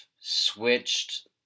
switched